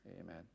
Amen